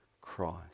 Christ